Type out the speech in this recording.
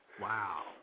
Wow